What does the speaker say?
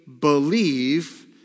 believe